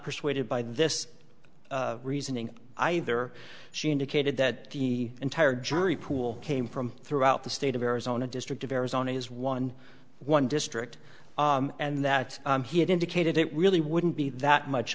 persuaded by this reasoning either she indicated that the entire jury pool came from throughout the state of arizona district of arizona is one one district and that he had indicated it really wouldn't be that much